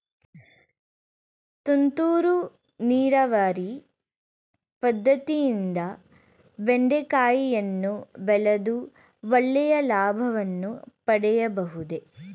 ತುಂತುರು ನೀರಾವರಿ ಪದ್ದತಿಯಿಂದ ಬೆಂಡೆಕಾಯಿಯನ್ನು ಬೆಳೆದು ಒಳ್ಳೆಯ ಲಾಭವನ್ನು ಪಡೆಯಬಹುದೇ?